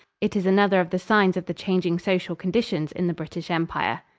it is another of the signs of the changing social conditions in the british empire.